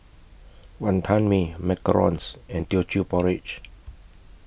Wonton Mee Macarons and Teochew Porridge